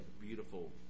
beautiful